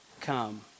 come